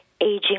aging